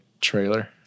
trailer